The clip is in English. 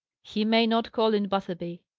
he may not call in butterby.